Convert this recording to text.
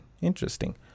interesting